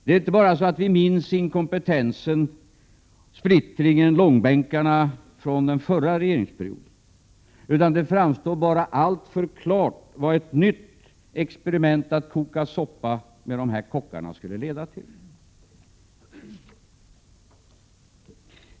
Det är inte bara så att vi minns inkompetensen, splittringen och långbänkarna från den förra borgerliga regeringsperioden, utan det framstår bara alltför klart vad ett nytt experiment att koka soppa med dessa kockar skulle leda till.